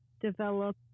develop